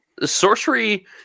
Sorcery